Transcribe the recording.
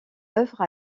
œuvre